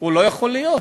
לא יכול להיות,